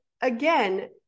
again